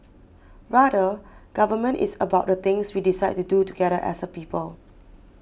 rather government is about the things we decide to do together as a people